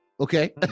Okay